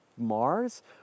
Mars